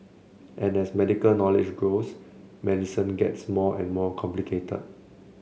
and as medical knowledge grows medicine gets more and more complicated